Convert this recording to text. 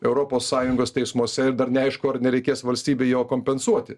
europos sąjungos teismuose ir dar neaišku ar nereikės valstybei jo kompensuoti